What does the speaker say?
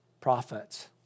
prophets